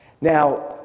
Now